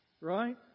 right